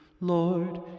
Lord